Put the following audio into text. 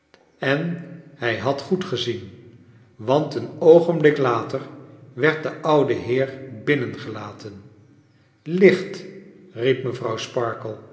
en hij had goed gezien want een oogenblik later werd de ouwe heer binnen gelaten licht riep mevrouw